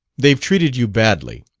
they've treated you badly.